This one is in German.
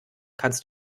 kannst